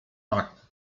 tak